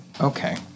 Okay